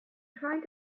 trying